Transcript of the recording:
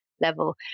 level